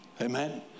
Amen